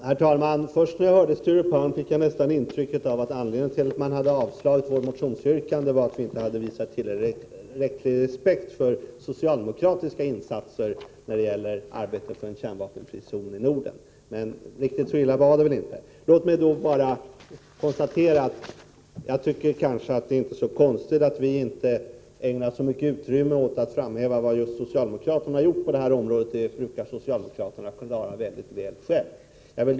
Herr talman! När jag lyssnade på Sture Palms anförande fick jag först nästan ett intryck av att anledningen till att utskottet avstyrkt våra motionsyrkanden var att vi inte hade visat tillräcklig respekt för socialdemokratiska insatser när det gäller arbetet för en kärnvapenfri zon i Norden. Riktigt så illa var det väl inte, men det är inte så konstigt att vi inte ägnar så stort utrymme åt vad socialdemokraterna har gjort på det här området. Den saken brukar de klara mycket bra själva.